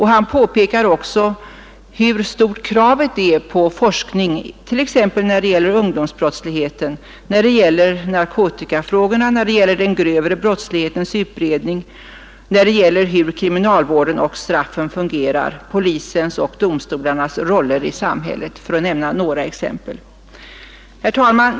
Han påpekar också hur stort kravet är på forskning t.ex. när det gäller ungdomsbrottsligheten, narkotikafrågorna, den grövre brottslighetens utbredning, hur kriminalvården och straffen fungerar samt polisens och domstolarnas roller i samhället, för att nämna några exempel. Herr talman!